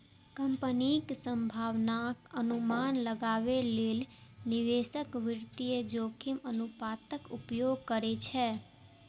कंपनीक संभावनाक अनुमान लगाबै लेल निवेशक वित्तीय जोखिम अनुपातक उपयोग करै छै